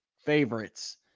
favorites